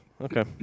Okay